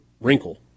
wrinkle